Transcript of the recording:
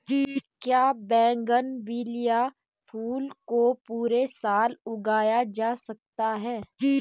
क्या बोगनविलिया फूल को पूरे साल उगाया जा सकता है?